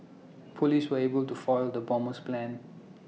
Police were able to foil the bomber's plans